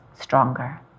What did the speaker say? stronger